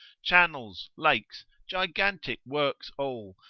channels, lakes, gigantic works all,